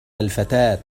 الفتاة